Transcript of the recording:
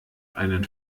einen